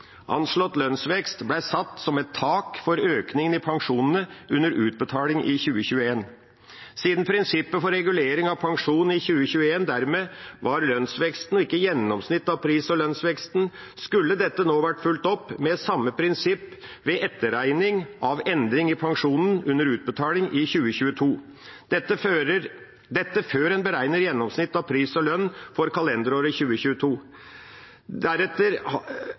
Anslått lønnsvekst ble satt som et tak for økninga i pensjonene under utbetaling i 2021. Siden prinsippet for regulering av pensjon i 2021 dermed var lønnsveksten og ikke gjennomsnittet av pris- og lønnsveksten, skulle dette nå vært fulgt opp med samme prinsipp ved etterregning av endring i pensjonen under utbetaling i 2022 – dette før en beregner gjennomsnittet av pris og lønn for kalenderåret 2022.